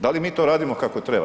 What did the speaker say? Da li mi to radimo kako treba?